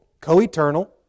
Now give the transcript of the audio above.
co-eternal